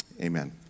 Amen